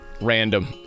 Random